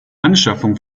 anschaffung